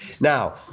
now